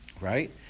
right